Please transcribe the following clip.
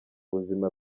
buzima